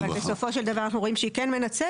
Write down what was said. אבל בסופו של דבר אנחנו רואים שהיא כן מנצלת.